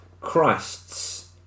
Christ's